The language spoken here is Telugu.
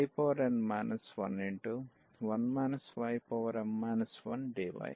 కాబట్టి 01yn 11 ym 1dy